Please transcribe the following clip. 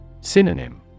Synonym